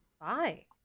Bye